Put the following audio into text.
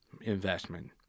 investment